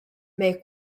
make